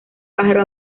pájaro